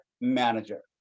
manager